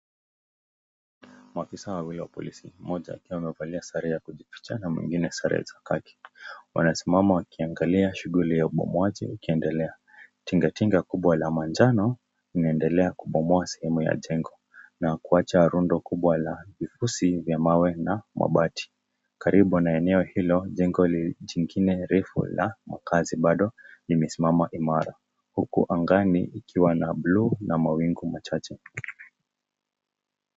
Maafisa wawili wa polisi, mmoja akiwa amevalia sare ya kujificha na mwingine sare za kaki. Wanasimama wakiangailia shughuli ya ubomoaji ukiendelea. Tingatinga kubwa la manjano, inaendelea kubomoa sehemu ya jengo na kuwacha rondo kubwa la vifusi vya mawe na mabati. Karibu na eneo hilo, jengo jingine refu la makaazi bado imesimama imara, huku angani, ikiwa na buluu na mawingu machache.